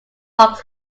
fox